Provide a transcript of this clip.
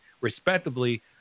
respectively